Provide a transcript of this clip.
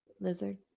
Lizard